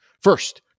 First